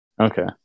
Okay